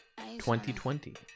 2020